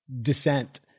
dissent